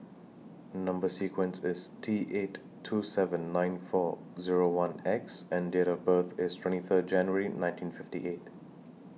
Number sequence IS T eight two seven nine four Zero one X and Date of birth IS twenty Third January nineteen fifty eight